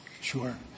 Sure